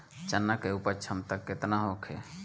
चना के उपज क्षमता केतना होखे?